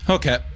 Okay